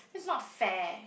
that's not fair